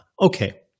okay